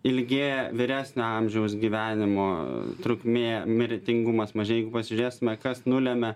ilgėja vyresnio amžiaus gyvenimo trukmė mirtingumas mažėja jeigu pasižiūrėsime kas nulemia